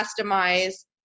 customize